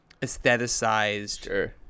aestheticized